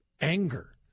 anger